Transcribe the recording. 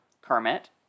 Kermit